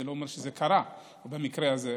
זה לא אומר שזה קרה במקרה הזה,